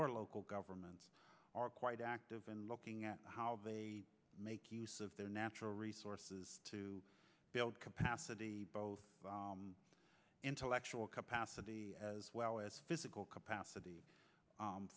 or local governments are quite active in looking at how they make use of their natural resources to build capacity both intellectual capacity as well as physical capacity